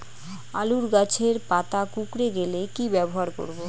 আলুর গাছের পাতা কুকরে গেলে কি ব্যবহার করব?